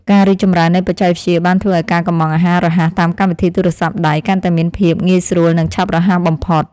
ការរីកចម្រើននៃបច្ចេកវិទ្យាបានធ្វើឲ្យការកុម្ម៉ង់អាហាររហ័សតាមកម្មវិធីទូរស័ព្ទដៃកាន់តែមានភាពងាយស្រួលនិងឆាប់រហ័សបំផុត។